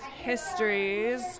histories